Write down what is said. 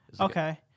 okay